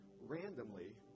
randomly